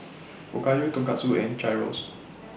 Okayu Tonkatsu and Gyros